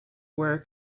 were